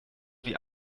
wie